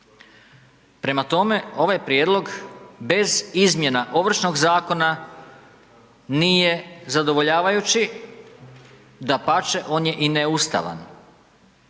Prema tome, ovaj prijedlog bez izmjena Ovršnog zakona nije zadovoljavajući, dapače on je i neustavan.